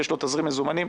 ויש לו תזרים מזומנים,